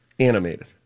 Animated